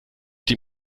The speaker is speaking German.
die